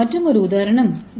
மற்றொரு உதாரணம் டி